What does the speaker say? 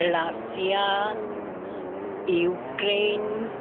Russia Ukraine